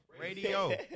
Radio